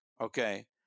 Okay